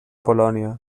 polònia